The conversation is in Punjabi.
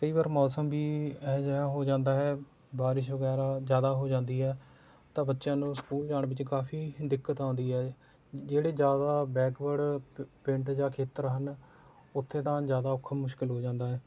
ਕਈ ਵਾਰ ਮੌਸਮ ਵੀ ਇਹੋ ਜਿਹਾ ਹੋ ਜਾਂਦਾ ਹੈ ਬਾਰਿਸ਼ ਵਗੈਰਾ ਜ਼ਿਆਦਾ ਹੋ ਜਾਂਦੀ ਹੈ ਤਾਂ ਬੱਚਿਆਂ ਨੂੰ ਸਕੂਲ ਜਾਣ ਵਿੱਚ ਕਾਫ਼ੀ ਦਿੱਕਤ ਆਉਂਦੀ ਹੈ ਜਿਹੜੇ ਜ਼ਿਆਦਾ ਬੈਕਵਰਡ ਪਿੰ ਪਿੰਡ ਜਾਂ ਖੇਤਰ ਹਨ ਉੱਥੇ ਤਾਂ ਜ਼ਿਆਦਾ ਔਖਾ ਮੁਸ਼ਕਲ ਹੋ ਜਾਂਦਾ ਹੈ